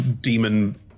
demon